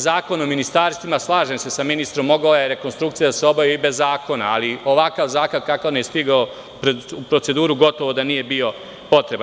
Zakon o ministarstvima, slažem se sa ministrom da je rekonstrukcija mogla da se obavi bez zakona, ali ovakav zakon kakav je stigao u proceduru gotovo da nije bio potreban.